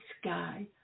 sky